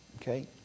Okay